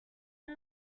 are